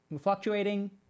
fluctuating